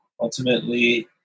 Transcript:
ultimately